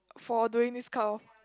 for doing this kind of